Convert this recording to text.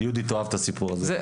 יהודית תאהב את הסיפור הזה.